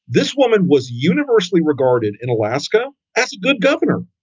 this woman was universally regarded in alaska as a good governor.